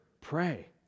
pray